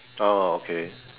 orh okay